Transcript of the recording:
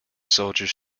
soldiers